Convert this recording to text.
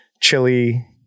chili